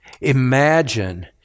imagine